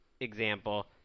example